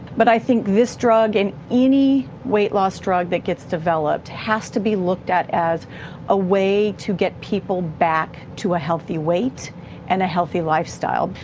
but i think this drug and any weight loss drug that gets developed has to be looked at as a way to get people back to a healthy weight and a healthy lifestyle.